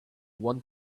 one